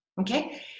Okay